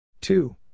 two